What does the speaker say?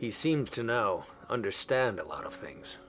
he seems to know understand a lot of things